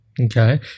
Okay